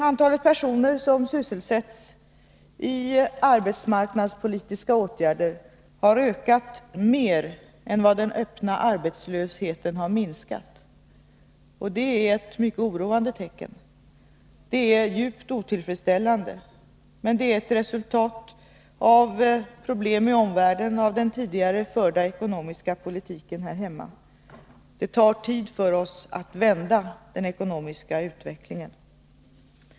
Antalet personer som sysselsätts i arbetsmarknadspolitiska åtgärder har emellertid ökat mer än vad den öppna arbetslösheten har minskat, och det är ett mycket oroande tecken. Det är djupt otillfredsställande, men det är ett resultat av problem i omvärlden och av den tidigare förda ekonomiska politiken här hemma. Det tar tid för oss att vända den ekonomiska utvecklingen.